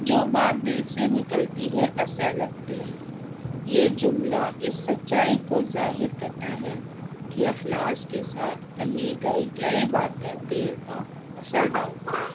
جو بات دل سے نکلتی ہے اثر رکھتی ہے یہ جملہ اس سچائی کو ظاہر کرتا ہے کہ اخلاص کے ساتھ کہی گئی کئی باتیں دیر پا اثر ڈالتی ہیں